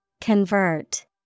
Convert